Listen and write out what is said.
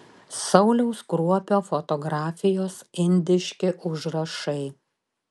sauliaus kruopio fotografijos indiški užrašai